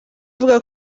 avuga